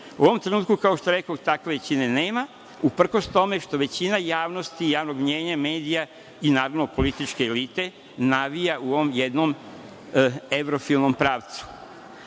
U ovom trenutku, kao što rekoh, takve većine nema, uprkos tome što većina javnosti i javnog mnjenja, medija i političke elite navija u ovom jednom evrofilnom pravcu.